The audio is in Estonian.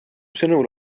sõnul